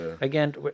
again